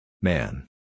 Man